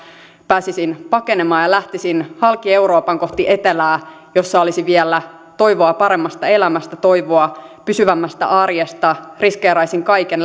pääsisin pakenemaan ja lähtisin halki euroopan kohti etelää jossa olisi vielä toivoa paremmasta elämästä toivoa pysyvämmästä arjesta riskeeraisin kaiken